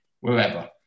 wherever